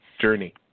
journey